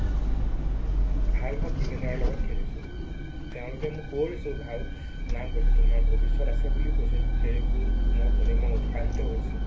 ভাল ভাল ক্ৰিকেটাৰৰ লগত খেলিছোঁ তেওঁলোকে মোক কৈছেও ভাল নাম কৰিছে ভৱিষ্যত আছে বুলিও কৈছে সেইবোৰ শুনি মই উৎসাহিত হৈছোঁ